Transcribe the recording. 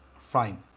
Fine